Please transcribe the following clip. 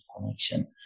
connection